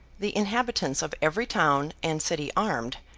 the inhabitants of every town and city armed,